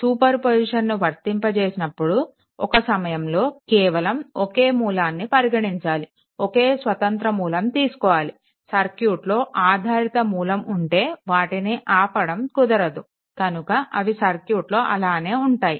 super పొజిషన్ను వర్తింపజేసినప్పుడు ఒక సమయంలో కేవలం ఒకే మూలాన్ని పరిగణించాలి ఒకే స్వతంత్ర మూలం తీసుకోవాలి సర్క్యూట్లో ఆధారిత మూలం ఉంటే వాటిని ఆపడం కుదరదు కనుక అవి సర్క్యూట్లో ఆలానే ఉంటాయి